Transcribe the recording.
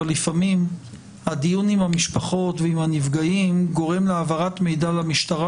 אבל לפעמים הדיון עם המשפחות ועם הנפגעים גורם להעברת מידע למשטרה,